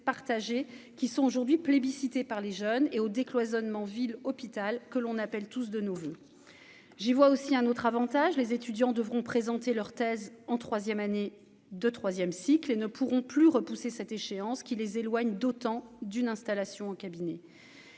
qui sont aujourd'hui plébiscités par les jeunes et au décloisonnement ville hôpital que l'on appelle tous de nos voeux, j'y vois aussi un autre Avantage : les étudiants devront présenter leur thèse en troisième année de troisième cycle et ne pourront plus repousser cette échéance qui les éloigne d'autant d'une installation au cabinet